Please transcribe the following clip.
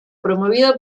promovido